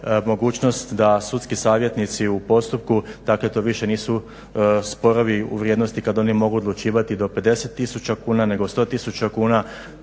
mogućnost da sudski savjetnici u postupku to dakle više nisu sporovi u vrijednosti kad oni mogu odlučivati do 50 tisuća kuna nego 100 tisuća